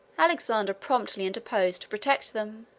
alexander promptly interposed to protect them,